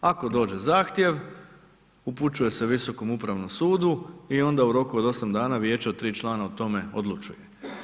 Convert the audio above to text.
Ako dođe zahtjev, upućuje se Visokom upravnom sudu i onda u roku od 8 dana vijeće od 3 člana o tome odlučuje.